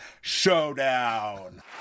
showdown